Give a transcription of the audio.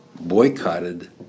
boycotted